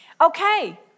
Okay